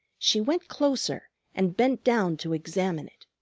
she went closer and bent down to examine it.